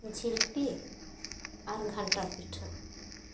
ᱡᱷᱤᱞᱯᱤ ᱟᱨ ᱠᱟᱱᱴᱷᱟᱲ ᱯᱤᱴᱷᱟᱹ